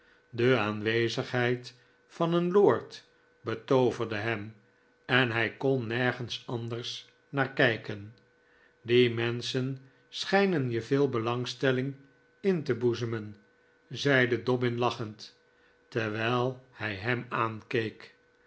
de aanwezigheid van een lord betooverde hem en hij kon nergens anders naar kijken die menschen schijnen je veel belangstelling in te boezemen zeide dobbin lachend terwijl hij hem